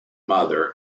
mother